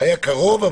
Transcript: היה קרוב,